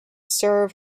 serve